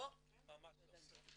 לא, ממש לא.